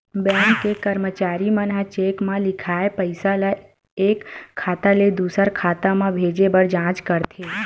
bank के करमचारी मन ह चेक म लिखाए पइसा ल एक खाता ले दुसर खाता म भेजे बर जाँच करथे